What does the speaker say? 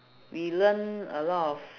we learn a lot of